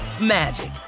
magic